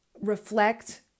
reflect